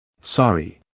Sorry